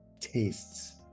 tastes